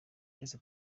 twese